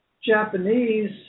Japanese